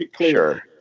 Sure